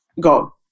Go